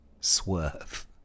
Swerve